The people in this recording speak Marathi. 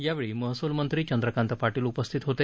यावेळी महसूल मंत्री चंद्रकांत पाटील उपस्थित होते